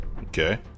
okay